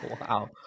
Wow